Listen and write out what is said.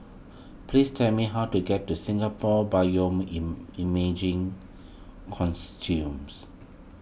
please tell me how to get to Singapore Consortiums